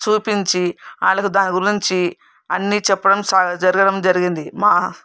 చూపించి వాళ్లకు దాని గురించి అన్ని చెప్పడం స జరగడం జరిగింది మా